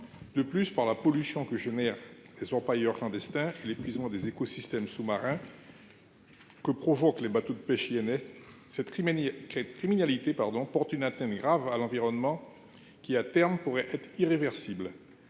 En outre, par la pollution que causent les orpailleurs clandestins et par l'épuisement des écosystèmes sous-marins que provoquent les bateaux de pêche INN, cette criminalité porte une atteinte grave à l'environnement qui, à terme, pourrait être irréversible.